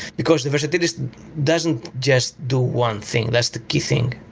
because the varsatilist doesn't just do one thing. that's the key thing.